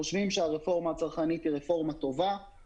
אני חושב שהרפורמה הצרכנית היא רפורמה טובה והיא רפורמה חשובה.